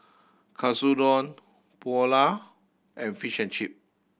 Katsudon Pulao and Fish and Chip